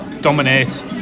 dominate